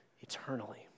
eternally